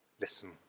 listen